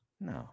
no